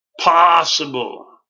possible